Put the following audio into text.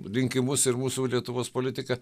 rinkimus ir mūsų lietuvos politiką